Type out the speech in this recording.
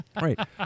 Right